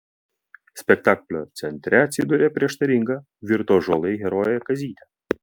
spektaklio centre atsiduria prieštaringa virto ąžuolai herojė kazytė